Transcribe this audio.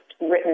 written